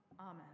Amen